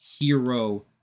Hero